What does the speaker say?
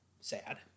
Sad